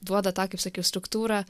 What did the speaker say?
duoda tą kaip sakiau struktūrą